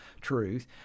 truth